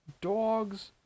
dogs